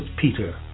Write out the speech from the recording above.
Peter